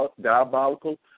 diabolical